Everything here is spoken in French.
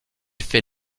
fait